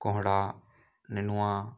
कोहड़ा नेनुआ